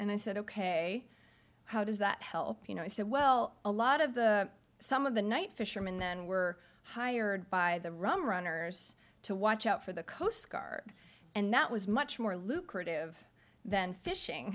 and i said ok how does that help you know he said well a lot of the some of the night fishermen then were hired by the rum runners to watch out for the coast guard and that was much more lucrative than fishing